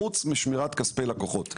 חוץ משמירת כספי לקוחות.